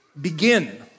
Begin